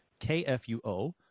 KFUO